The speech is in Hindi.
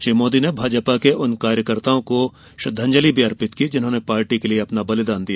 श्री मोदी ने भाजपा के उन कार्यकर्ताओं को भी श्रद्धांजलि अर्पित की जिन्होंने पार्टी के लिए अपना बलिदान दिया